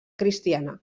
cristiana